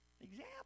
Example